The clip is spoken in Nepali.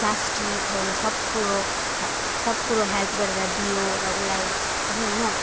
प्लास्टिकहरू सब कुरो सब कुरो हेल्प गरेर दियो र उसलाई पनि होइन